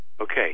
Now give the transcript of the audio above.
Okay